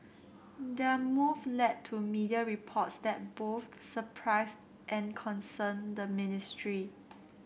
their move led to media reports that both surprised and concerned the ministry